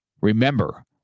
Remember